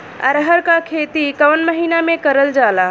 अरहर क खेती कवन महिना मे करल जाला?